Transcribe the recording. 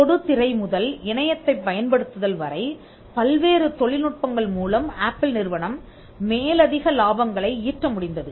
தொடுதிரை முதல் இணையத்தைப் பயன்படுத்துதல் வரை பல்வேறு தொழில்நுட்பங்கள் மூலம் ஆப்பிள் நிறுவனம் மேலதிக லாபங்களை ஈட்ட முடிந்தது